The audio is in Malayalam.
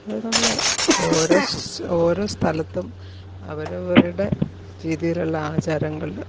അതു നമ്മുടെ ഓരോ സ് ഓരോ സ്ഥലത്തും അവരവരുടെ രീതിയിലുള്ള ആചാരങ്ങൾ